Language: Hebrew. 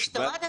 המשטרה?